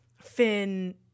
Finn